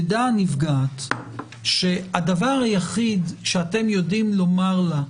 תדע הנפגעת שהדבר היחיד שאתם יודעים לומר לה,